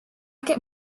get